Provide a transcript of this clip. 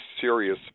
serious